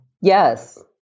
Yes